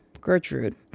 Gertrude